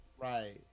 Right